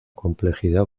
complejidad